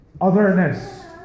otherness